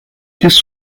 this